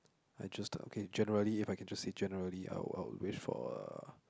I just okay generally if I can just say generally I would I would wish for a